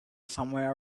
somewhere